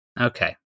Okay